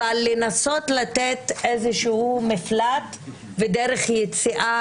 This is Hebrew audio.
אבל לנסות לתת איזשהו מפלט ודרך יציאה